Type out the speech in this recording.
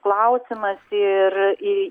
klausimas ir